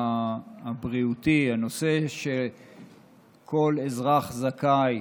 הבריאותי, כל אזרח זכאי